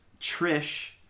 Trish